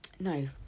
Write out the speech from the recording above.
No